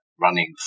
Running